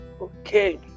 okay